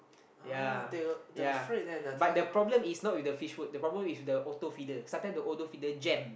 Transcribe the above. ya ya but the problem is not with the fish food the problem is with the auto feeder sometimes the auto feeder jam